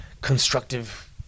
constructive